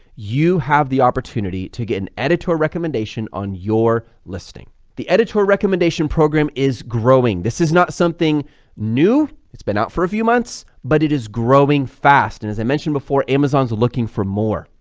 you have the opportunity to get an editorial recommendation on your listing. the editorial recommendation program is growing, this is not something new, it's been out for a few months but it is growing fast and as i mentioned before, amazon's looking for more.